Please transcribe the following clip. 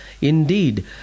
Indeed